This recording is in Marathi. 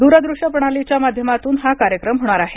दूर दृश्य प्रणालीच्या माध्यमातून हा कार्यक्रम होणार आहे